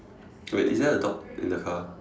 wait is there a dog in the car